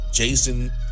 Jason